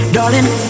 Darling